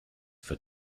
for